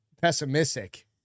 pessimistic